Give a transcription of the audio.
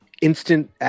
instant